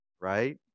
right